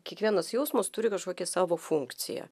kiekvienas jausmas turi kažkokią savo funkciją